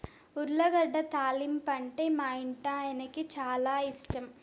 ఉర్లగడ్డ తాలింపంటే మా ఇంటాయనకి చాలా ఇష్టం